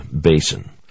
Basin